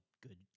good